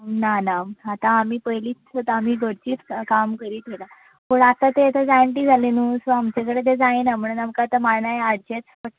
ना ना आतां आमी पयलीच आमी घरचीच काम करीत घरा ती आता जाणटी जाली न्हू सो आमचे कडेन ते जायना म्हण आमकां आतां मानाय हाडचेच पडटा